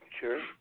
Sure